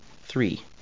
Three